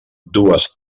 dues